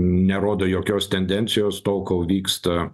nerodo jokios tendencijos tol kol vyksta